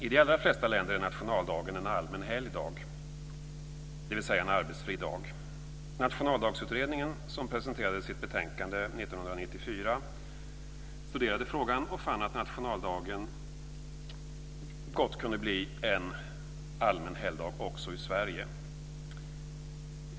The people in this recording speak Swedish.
I de allra flesta länder är nationaldagen en allmän helgdag, dvs. en arbetsfri dag. Nationaldagsutredningen, som presenterade sitt betänkande 1994, studerade frågan och fann att nationaldagen gott kunde bli en allmän helgdag också i Sverige.